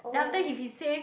then after that if he say